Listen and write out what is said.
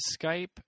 Skype